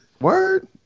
Word